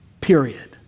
period